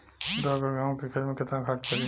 दो एकड़ गेहूँ के खेत मे केतना खाद पड़ी?